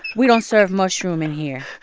we don't serve mushroom in here